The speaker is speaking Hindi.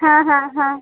हाँ हाँ हाँ